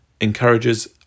encourages